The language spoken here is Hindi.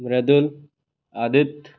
मृदुल आदित्य